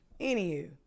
Anywho